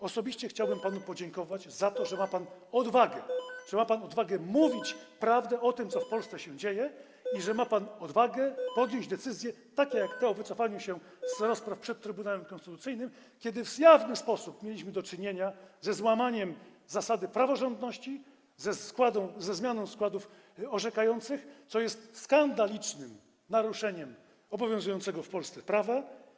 Osobiście chciałbym panu podziękować za to, że ma pan odwagę - ma pan odwagę mówić prawdę o tym, co w Polsce się dzieje, i ma pan odwagę podejmować decyzje takie jak ta o wycofaniu się z rozpraw przed Trybunałem Konstytucyjnym, kiedy w jawny sposób mieliśmy do czynienia ze złamaniem zasady praworządności, ze zmianą składów orzekających, co jest skandalicznym naruszeniem obowiązującego w Polsce prawa.